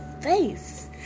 face